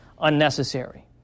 unnecessary